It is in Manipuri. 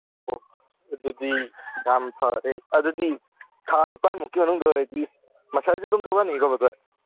ꯑꯣ ꯑꯗꯨꯗꯤ ꯌꯥꯝ ꯐꯔꯦ ꯑꯗꯨꯗꯤ ꯊꯥ ꯅꯤꯄꯥꯟꯃꯨꯛꯀꯤ ꯃꯅꯨꯡꯗ ꯑꯣꯏꯔꯗꯤ ꯃꯁꯜꯁꯨ ꯑꯗꯨꯝ ꯊꯣꯛꯂꯛꯑꯅꯤꯀꯣ ꯕ꯭ꯔꯗꯔ